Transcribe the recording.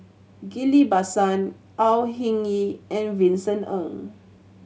Ghillie Basan Au Hing Yee and Vincent Ng